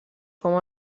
com